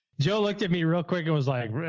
joe looked at me real quick and was like,